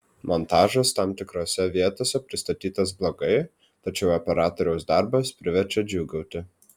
montažas tam tikrose vietose pristatytas blogai tačiau operatoriaus darbas priverčia džiūgauti